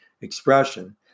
expression